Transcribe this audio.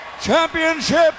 championship